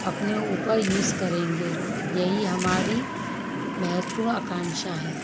अपने ऊपर युस करेंगे यही हमारी महत्वपूर्ण आकांक्षा है